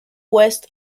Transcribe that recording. west